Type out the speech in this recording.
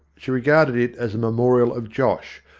she regarded it as a memorial of josh,